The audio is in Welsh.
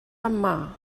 yma